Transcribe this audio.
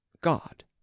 God